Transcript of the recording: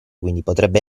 potrebbe